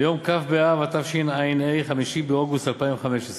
ביום כ' באב התשע"ה, 5 באוגוסט 2015,